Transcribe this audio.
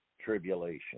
tribulation